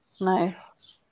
nice